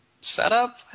setup